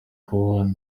aho